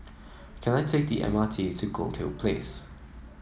can I take the M R T to Goldhill Place